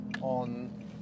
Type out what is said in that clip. on